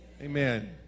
Amen